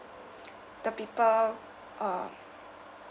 the people uh